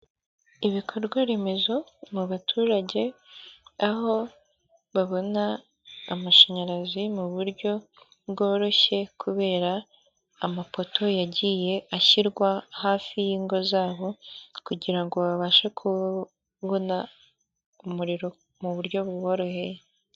Ibikorwa remezo mu baturage aho babona amashanyarazi mu buryo bworoshye kubera amapoto yagiye ashyirwa hafi y'ingo zabo, kugira ngo babashe kubona umuriro mu buryo buboroheye.